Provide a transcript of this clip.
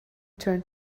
turned